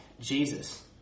Jesus